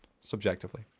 subjectively